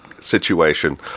situation